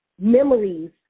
memories